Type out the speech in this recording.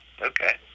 okay